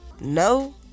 no